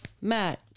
Matt